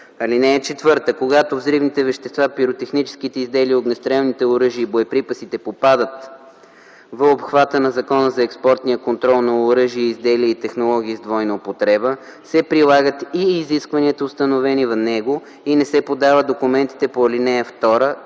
1-5. (4) Когато взривните вещества, пиротехническите изделия, огнестрелните оръжия и боеприпасите попадат в обхвата на Закона за експортния контрол на оръжия и изделия и технологии с двойна употреба, се прилагат и изискванията, установени в него, и не се подават документите по ал. 2,